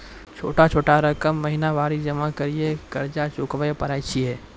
छोटा छोटा रकम महीनवारी जमा करि के कर्जा चुकाबै परए छियै?